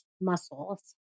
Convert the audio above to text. muscles